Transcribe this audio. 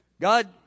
God